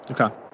Okay